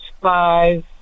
five